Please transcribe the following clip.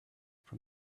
from